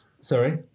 Sorry